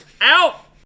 Out